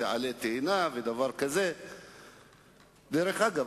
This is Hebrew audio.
דואג לפריפריה,